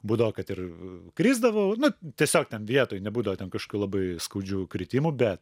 būdavo kad ir krisdavau nu tiesiog ten vietoj nebūdavo ten kažkokių labai skaudžių kritimų bet